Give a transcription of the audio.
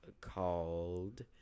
called